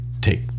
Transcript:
take